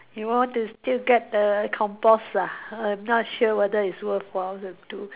you want to still get the compost ah I'm not sure whether if it's worthwhile to do